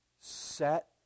Set